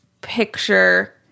picture